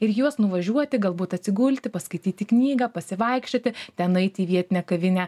ir į juos nuvažiuoti galbūt atsigulti paskaityti knygą pasivaikščioti ten eit į vietinę kavinę